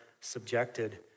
subjected